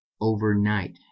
overnight